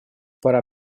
пора